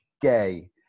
gay